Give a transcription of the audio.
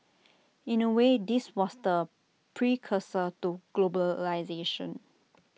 in A way this was the precursor to globalisation